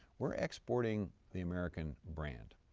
we're exporting the american brand,